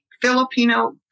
Filipino